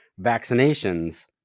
vaccinations